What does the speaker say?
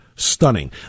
stunning